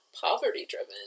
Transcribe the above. poverty-driven